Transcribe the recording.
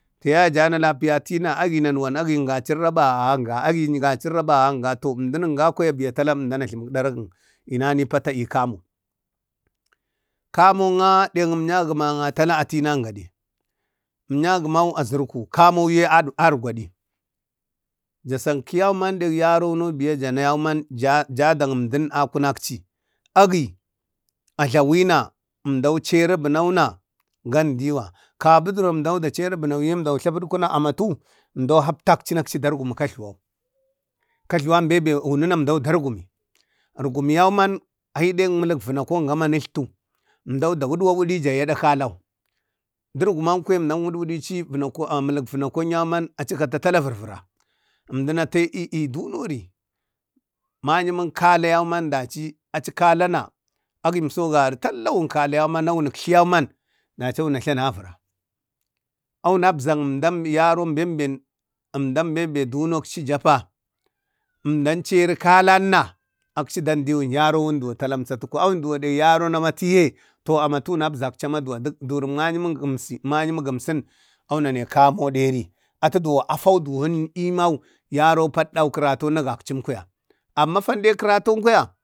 tiya jana lapiyatiyuna agi nanawan agi anga cirra ba aha anga agi anga cirraba aha anga to emdumin kwaya tala emda jlamik derak ineni pata ii kamo, kamon yang dan emyangmaen na tala a tinan gade, emyangmau a zurku kamuye argwadi, ja sankiyauman dang yaron beya jana yauman ja jadan emdin əndən a kunakci agi a jlawina emdau ceri bunau na gang diwa gabbuduron emdan da cari bunau ye emdau tla putku na amatu emdo haptakci dargumi kajluwa kajluwau bembe ununan biya emda dargumi urgumiyau man ni dak mulak vinako gama netlatu, emdau da wiwidija adak kalau durgumam kwaya emda witwidici vanakon emlak vanako yau man aci da kati tala varvira emdun ana te ee dunurimayumun kala yauman daci aci kalana agimso gari tallawu wun kalu yauman wunuk tla yau aman daci wuna jla wuna vura, awu nadzan emdan yaron bembe emdan bembe dunacci japa emdan ciri kalan akci dandiwun yaron do tala umsatkwa awun dak yaron amatiyee to amatu wunabzakcu a maduwa duk durak mayumu emsi mayum gumsik awunaninkamo deri atu duwo afau duwoni eman yaro padada karatun na gamcun kwaya amma fa ding karatunkwaya.